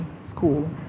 school